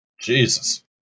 Jesus